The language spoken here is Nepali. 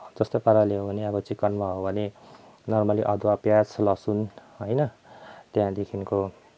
जस्तो पाराले हो भने अब चिकनमा हो भने नर्मल्ली अदुवा प्याज लसुन होइन त्यहाँदेखिको